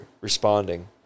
responding